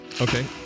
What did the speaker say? Okay